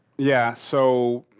yeah, so,